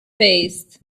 paste